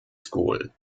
school